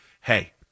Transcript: hey